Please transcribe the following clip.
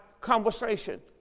conversation